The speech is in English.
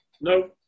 No